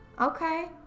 Okay